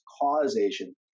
causation